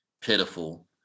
pitiful